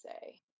say